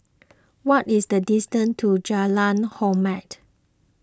what is the distance to Jalan Hormat